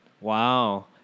Wow